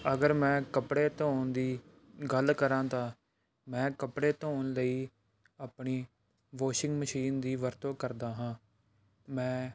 ਅਗਰ ਮੈਂ ਕੱਪੜੇ ਧੋਣ ਦੀ ਗੱਲ ਕਰਾਂ ਤਾਂ ਮੈਂ ਕੱਪੜੇ ਧੋਣ ਲਈ ਆਪਣੀ ਵੋਸ਼ਿੰਗ ਮਸ਼ੀਨ ਦੀ ਵਰਤੋਂ ਕਰਦਾ ਹਾਂ ਮੈਂ